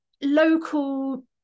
local